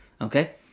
Okay